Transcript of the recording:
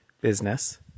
business